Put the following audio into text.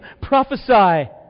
prophesy